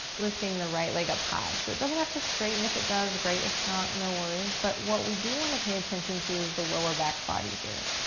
lifting the right leg up high, so it doesn't have to straighten. if it does, great, if not, no worries, but what we do want to pay attention to is the lower back body here.